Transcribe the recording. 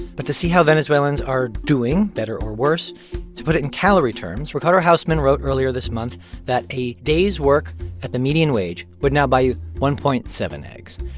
but to see how venezuelans are doing better or worse to put it in calorie terms, ricardo hausmann wrote earlier this month that a day's work at the median wage would now buy you one point seven eggs.